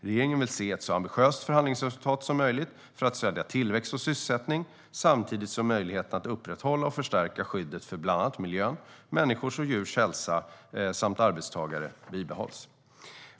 Regeringen vill se ett så ambitiöst förhandlingsresultat som möjligt för att stödja tillväxt och sysselsättning, samtidigt som möjligheterna att upprätthålla och förstärka skyddet för bland annat miljön, människors och djurs hälsa samt arbetstagare bibehålls.